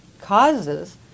causes